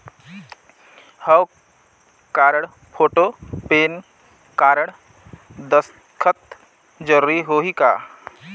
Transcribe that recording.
हव card, photo, PAN card, दस्खत जरूरी होही का?